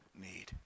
need